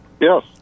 Yes